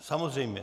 Samozřejmě.